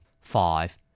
Five